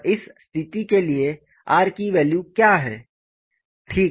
और इस स्थिति के लिए r की वैल्यू क्या है